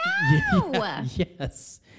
Yes